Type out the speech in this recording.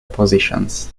positions